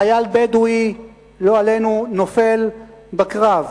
כשחייל בדואי, לא עלינו, נופל בקרב,